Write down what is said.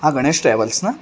हा गणेश ट्रॅवल्स ना